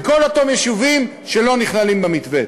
בכל אותם יישובים שלא נכללים במתווה.